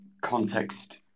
context